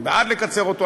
אני בעד לקצר אותו,